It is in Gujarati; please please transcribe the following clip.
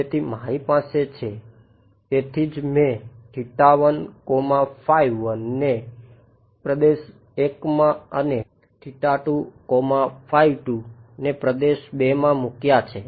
તેથી મારી પાસે છે તેથી જ મેં ને પ્રદેશ 1 માં અને ને પ્રદેશ II માં મુક્યા છે